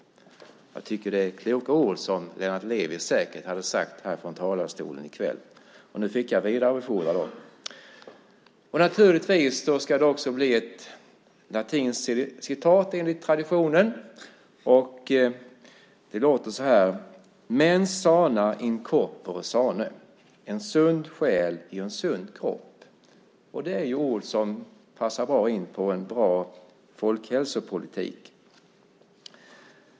Jag tycker att det är kloka ord, som Lennart Levi säkert hade sagt här från talarstolen i kväll. Nu fick jag vidarebefordra dem. Naturligtvis ska det enligt traditionen också bli ett latinskt citat. Det lyder så här: Mens sana in corpore sano - en sund själ i en sund kropp. Det är ord som passar bra in på en god folkhälsopolitik.